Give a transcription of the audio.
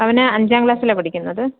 അവൻ അഞ്ചാം ക്ലാസ്സിലാണ് പഠിക്കുന്നത്